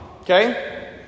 Okay